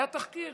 היה תחקיר.